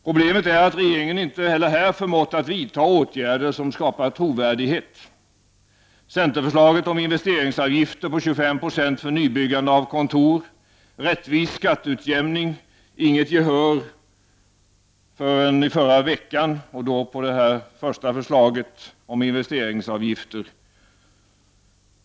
Problemet är att regeringen inte heller här förmått vidta åtgärder som ska par trovärdighet. Centerförslaget om investeringsavgifter på 25 90 för nybyggande av kontor och rättvis skatteutjämning fick inget gehör förrän förra våren, och då för det första förslaget om investeringsavgifter.